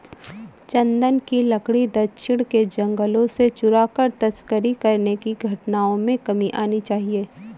चन्दन की लकड़ी दक्षिण के जंगलों से चुराकर तस्करी करने की घटनाओं में कमी आनी चाहिए